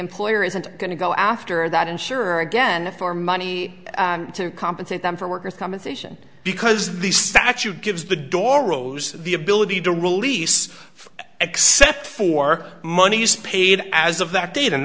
employer isn't going to go after that insurer again for money to compensate them for workers compensation because the statute gives the door rose the ability to release except for monies paid as of that date and